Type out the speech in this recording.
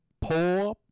Poor